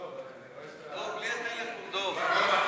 דב,